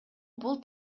бул